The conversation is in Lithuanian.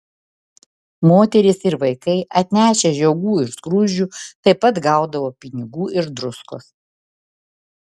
moterys ir vaikai atnešę žiogų ir skruzdžių taip pat gaudavo pinigų ir druskos